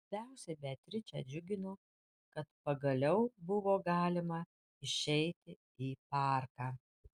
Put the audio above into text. labiausiai beatričę džiugino kad pagaliau buvo galima išeiti į parką